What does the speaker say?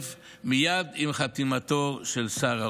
מייד עם חתימתו של שר האוצר.